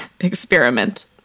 experiment